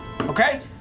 Okay